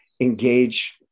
engage